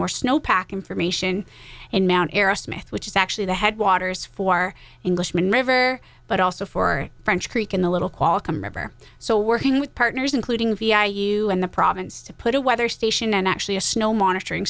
or snow pack information in mt arrowsmith which is actually the headwaters for englishman river but also for french creek in the little qualcomm river so working with partners including vi you in the province to put a weather station and actually a snow monitoring